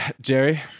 Jerry